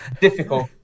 difficult